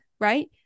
right